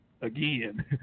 again